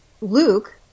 Luke